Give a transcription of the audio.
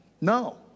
No